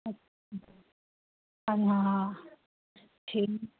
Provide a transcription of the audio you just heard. हां हां ठीक